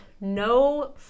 no